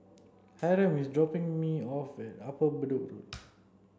Hiram is dropping me off at Upper Bedok Road